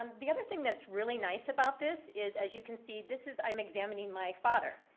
um the other thing that's really nice about this is, as you can see, this is i'm examining my father.